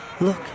Look